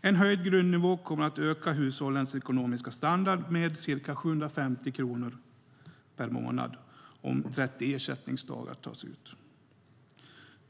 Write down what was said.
En höjd grundnivå kommer att öka hushållens ekonomiska standard med ca 750 kronor per månad om 30 ersättningsdagar tas ut.